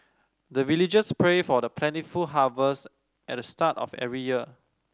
the villagers pray for plentiful harvest at the start of every year